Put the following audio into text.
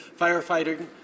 firefighting